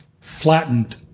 flattened